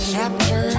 Chapter